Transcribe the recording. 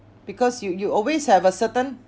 because you you always have a certain